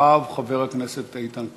אחריו, חבר הכנסת איתן כבל.